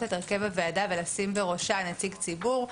את הרכב הוועדה ולשים בראשה נציג ציבור,